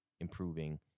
improving